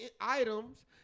items